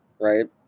Right